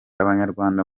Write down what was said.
abanyarwanda